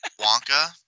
Wonka